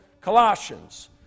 Colossians